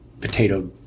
potato